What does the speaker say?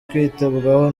kwitabwaho